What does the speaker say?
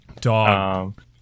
Dog